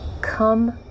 come